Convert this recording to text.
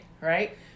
Right